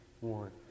one